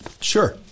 Sure